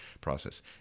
process